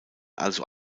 also